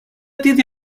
دیدی